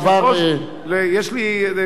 יש לי קושי מסוים,